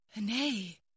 Nay